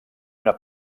una